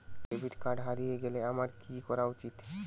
Debit card হারিয়ে গেলে আমার কি করা উচিৎ?